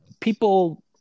People